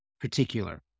particular